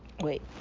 Wait